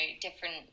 different